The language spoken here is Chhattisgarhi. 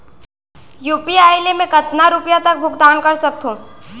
यू.पी.आई ले मैं कतका रुपिया तक भुगतान कर सकथों